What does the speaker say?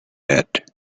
that